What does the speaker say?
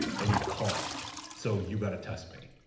and he coughed, so you've gotta test me.